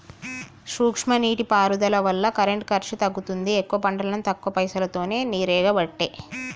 సూక్ష్మ నీటి పారుదల వల్ల కరెంటు ఖర్చు తగ్గుతుంది ఎక్కువ పంటలకు తక్కువ పైసలోతో నీరెండబట్టే